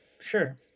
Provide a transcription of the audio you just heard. sure